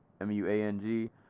M-U-A-N-G